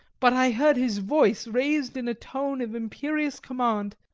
but i heard his voice raised in a tone of imperious command,